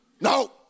No